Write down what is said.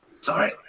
Sorry